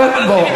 עיסאווי.